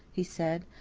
he said,